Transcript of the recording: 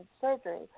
surgery